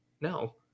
no